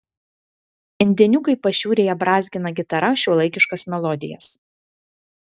indėniukai pašiūrėje brązgina gitara šiuolaikiškas melodijas